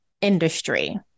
industry